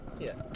Yes